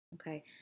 okay